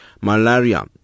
malaria